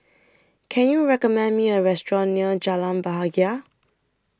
Can YOU recommend Me A Restaurant near Jalan Bahagia